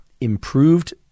improved